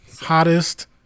hottest